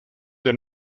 del